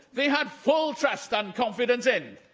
they had full trust and confidence in,